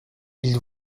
ils